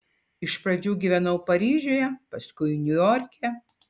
iš pradžių gyvenau paryžiuje paskui niujorke